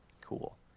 Cool